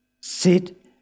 sit